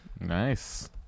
Nice